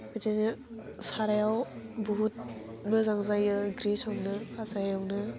बिदिनो सारायाव बुहुत मोजां जायो ओंख्रि संनो फाजा एवनो